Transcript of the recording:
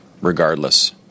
regardless